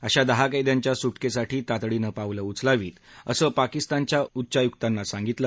अशा दहा कैद्यांच्या सुटकेसाठी तातडीनं पावलं उचलावीत असं पाकिस्तानच्या उच्चायुक्तानं सांगितलं